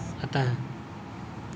آتا ہے